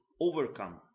overcome